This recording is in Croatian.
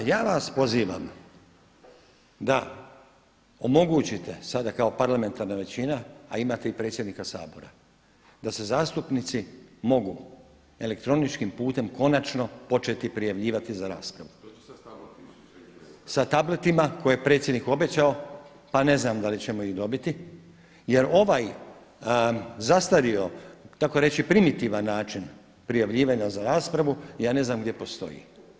A ja vas pozivam da omogućite sada kao parlamentarna većina, a imate i predsjednika Sabora da se zastupnici mogu elektroničkim putem konačno početi prijavljivati za raspravu, sa tabletima koje je predsjednik obećao pa ne znam da li ćemo ih dobiti jer ovaj zastario tako reći primitivan način prijavljivanja za raspravu, ja ne znam gdje postoji.